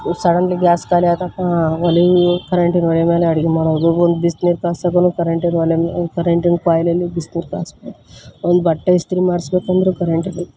suddenly gas ಖಾಲಿ ಆಯ್ತಪ್ಪ ಒಲೆ ಕರೆಂಟಿನ ಒಲೆ ಮೇಲೆ ಅಡಿಗಿ ಮಾಡೋದು ಒಂದು ಬಿಸಿನೀರು ಕಾಸಕ್ಕೂನು ಕರೆಂಟಿನ ಒಲೆ ಮೇಲೆ ಕರೆಂಟಿನ ಕಾಯ್ಲಲ್ಲಿ ಬಿಸ್ನೀರು ಕಾಸ್ಬೇಕು ಒಂದು ಬಟ್ಟೆ ಇಸ್ತ್ರಿ ಮಾಡ್ಸ್ಬೇಕಂದರೂ ಕರೆಂಟೇ ಬೇಕು